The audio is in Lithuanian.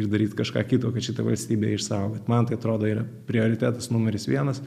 daryt kažką kito kad šita valstybė išsaugot bet man tai atrodo yra prioritetas numeris vienas